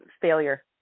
failure